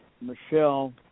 Michelle